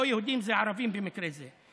לא יהודים זה ערבים במקרה זה.